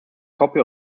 copy